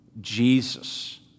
Jesus